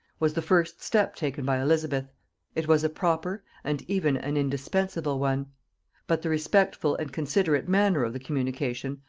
was the first step taken by elizabeth it was a proper, and even an indispensable one but the respectful and considerate manner of the communication,